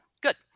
Good